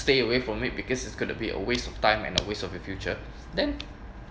stay away from it because it's gonna be a waste of time and a waste of your future then